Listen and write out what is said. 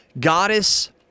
Goddess